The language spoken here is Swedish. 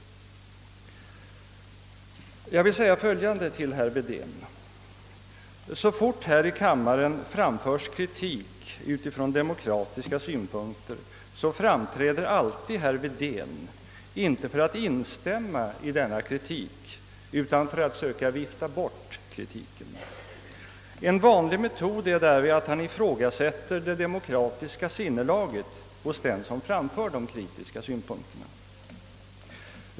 Jag vill säga följande till herr Wedén. Så fort det här i kammaren framförs kritik från demokratiska utgångspunkter framträder herr Wedén — inte för att instämma i kritiken utan för att söka vifta bort den. En vanlig metod är därvid att han ifrågasätter det demokratiska sinnelaget hos den som framför de kritiska synpunkterna.